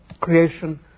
creation